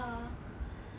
ya